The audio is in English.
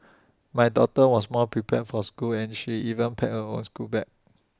my daughter was more prepared for school and she even packed her own schoolbag